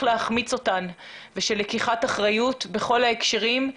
להחמיץ אותן ושל לקיחת אחריות בכל ההקשרים.